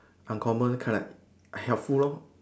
uncommon correct helpful lor